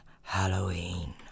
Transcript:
Halloween